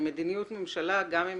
ומדיניות הממשלה, גם אם